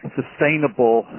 sustainable